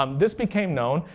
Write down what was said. um this became known.